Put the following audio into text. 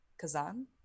Kazan